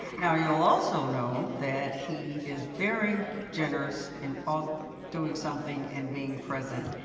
now, you'll also know that he is very generous and um doing something and being present.